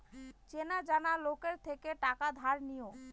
চেনা জানা লোকের থেকে টাকা ধার নিও